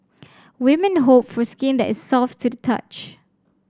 women hope for skin that is soft to the touch